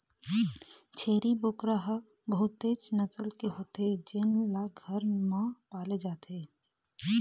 छेरी बोकरा ह बहुतेच नसल के होथे जेन ल घर म पाले जाथे